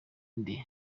nde